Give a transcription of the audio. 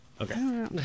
Okay